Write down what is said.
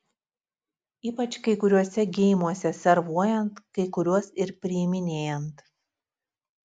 ypač kai kuriuose geimuose servuojant kai kuriuos ir priiminėjant